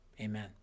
amen